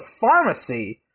pharmacy